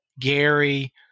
Gary